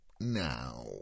now